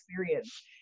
experience